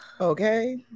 Okay